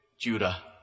Judah